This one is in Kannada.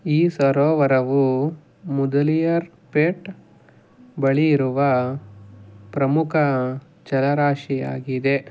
ಈ ಸರೋವರವು ಮುದಲಿಯಾರ್ ಪೇಟ್ ಬಳಿಯಿರುವ ಪ್ರಮುಖ ಜಲರಾಶಿಯಾಗಿದೆ